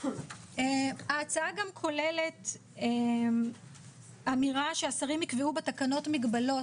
ההצעה גם כוללת אמירה שהשרים יקבעו בתקנות מגבלות